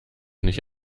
nicht